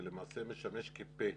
שלמעשה משמש כפה